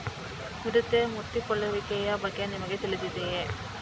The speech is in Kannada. ಮಿಡತೆ ಮುತ್ತಿಕೊಳ್ಳುವಿಕೆಯ ಬಗ್ಗೆ ನಿಮಗೆ ತಿಳಿದಿದೆಯೇ?